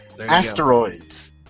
Asteroids